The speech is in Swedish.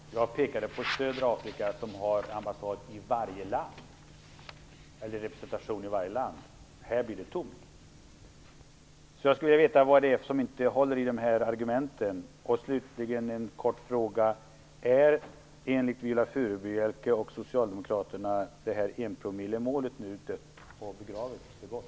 Jag har pekat på södra Afrika, där vi har representation i varje land, medan det i södra Afrika blir tomt. Jag skulle vilja veta vad som inte håller i dessa argumenten. Slutligen en kort fråga: Är enligt Viola Furubjelke och Socialdemokraterna enpromillesmålet nu dött och begravet för gott?